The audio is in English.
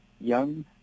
young